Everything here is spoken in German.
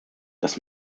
das